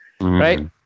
right